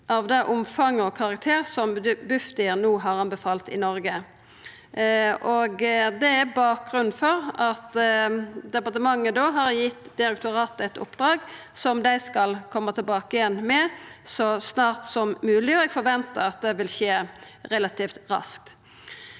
av det omfanget og den karakteren som Bufdir no har anbefalt i Noreg. Det er bakgrunnen for at departementet har gitt direktoratet eit oppdrag som dei skal koma tilbake med så snart som mogleg, og eg forventar at det vil skje relativt raskt.